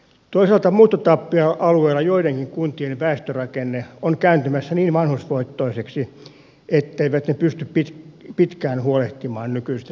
toisaalta muuttotappioalueilla joidenkin kuntien väestörakenne on kääntymässä niin vanhusvoittoiseksi etteivät ne pysty pitkään huolehtimaan nykyisistä tehtävistään